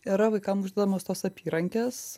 yra vaikams žinomos tos apyrankės